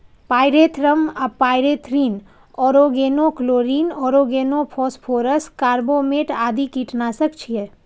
pyrethrum आ pyrethrin, organochlorine, organophosphorus, carbamate आदि कीटनाशक छियै